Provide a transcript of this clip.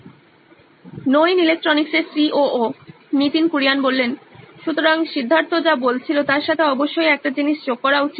Nitin Kurian COO নইন electronics সুতরাং সিদ্ধার্থ যা বলছিল তার সাথে অবশ্যই একটি জিনিস যোগ করা উচিত